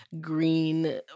green